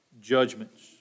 judgments